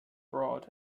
broad